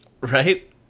Right